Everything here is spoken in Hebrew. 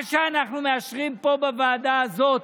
מה שאנחנו מאשרים פה בוועדה הזאת,